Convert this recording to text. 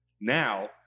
now